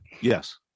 Yes